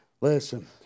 Listen